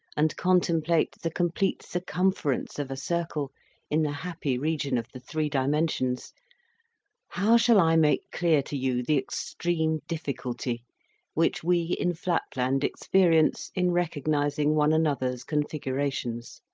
and contemplate the complete circumference of a circle in the happy region of the three dimensions how shall i make clear to you the extreme difficulty which we in flatland experience in recognizing one another's configurations?